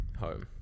Home